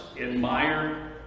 admire